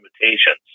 limitations